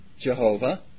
Jehovah